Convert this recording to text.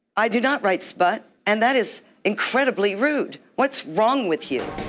i do not write smut and that is incredibly rude. what's wrong with you?